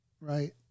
right